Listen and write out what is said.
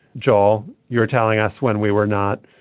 joel, you're telling us when we were not.